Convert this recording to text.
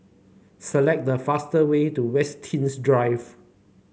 select the fast way to Winstedt Drive